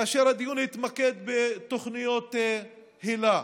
כאשר הדיון התמקד בתוכניות היל"ה.